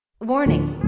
Warning